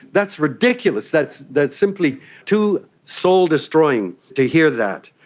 that's ridiculous, that's that's simply too soul-destroying to hear that.